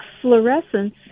Fluorescence